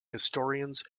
historians